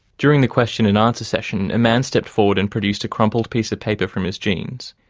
during the question and answer session, a man stepped forward and produced a crumpled piece of paper from his jeans.